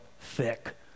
thick